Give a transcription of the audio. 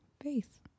Faith